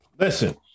Listen